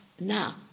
now